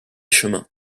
chemins